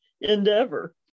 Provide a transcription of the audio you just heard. endeavor